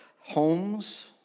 homes